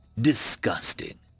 disgusting